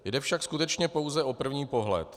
Jde však skutečně pouze o první pohled.